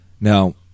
Now